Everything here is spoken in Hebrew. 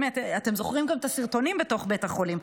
אתם זוכרים גם את הסרטונים בתוך בית החולים,